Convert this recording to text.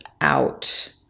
out